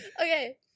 Okay